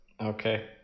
Okay